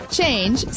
change